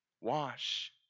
Wash